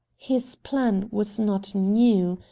his plan was not new.